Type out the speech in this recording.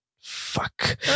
fuck